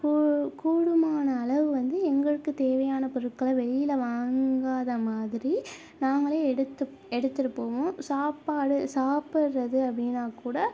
கூ கூடுமான அளவு வந்து எங்களுக்கு தேவையான பொருட்களை வெளியில் வாங்காத மாதிரி நாங்களே எடுத்து எடுத்துகிட்டு போவோம் சாப்பாடு சாப்பிடுறது அப்படின்னா கூட